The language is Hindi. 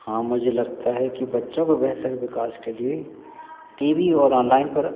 हाँ मुझे लगता है कि बच्चों के बेहतर विकास लिए टी वी और ऑनलाइन पर